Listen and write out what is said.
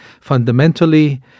fundamentally